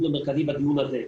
הדיון המרכזי בדיון הזה.